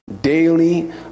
daily